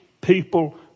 people